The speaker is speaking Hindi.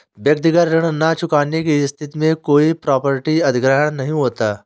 व्यक्तिगत ऋण न चुकाने की स्थिति में कोई प्रॉपर्टी अधिग्रहण नहीं होता